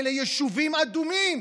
אלה יישובים אדומים.